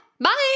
Bye